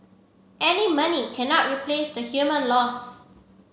any money cannot replace the human loss